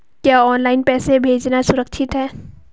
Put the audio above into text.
क्या ऑनलाइन पैसे भेजना सुरक्षित है?